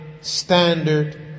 standard